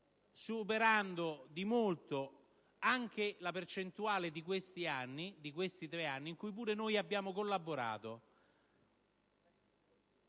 superando di molto anche la percentuale raggiunta in questi tre anni, in cui pure noi abbiamo collaborato